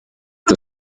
the